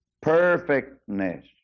perfectness